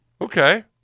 Okay